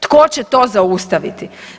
Tko će to zaustaviti?